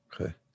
Okay